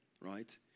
Right